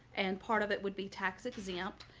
and part of it would be tax exempt,